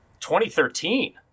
2013